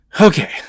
Okay